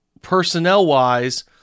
personnel-wise